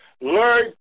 Learn